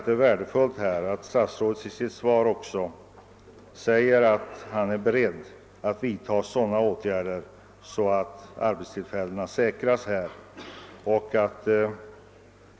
Det är värdefullt att statsrådet i sitt svar säger att han är beredd att vidta åtgärder för att säkra arbetstillfällena.